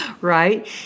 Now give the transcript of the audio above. right